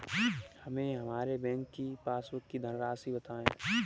हमें हमारे बैंक की पासबुक की धन राशि बताइए